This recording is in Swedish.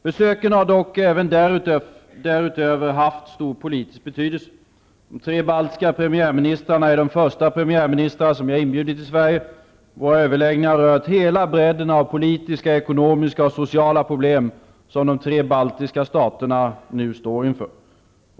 Besöken har dock även därutöver haft stor politisk betydelse. De tre baltiska premiärministrarna är de första premiärministrar som jag har inbjudit till Sverige. Våra överläggningar har rört hela bredden av politiska, ekonomiska och sociala problem som de tre baltiska staterna nu står inför.